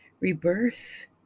rebirth